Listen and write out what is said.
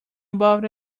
about